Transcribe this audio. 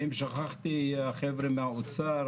ואם שכחתי את החבר'ה מהאוצר,